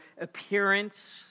appearance